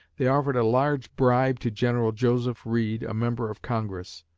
they offered a large bribe to general joseph reed, a member of congress.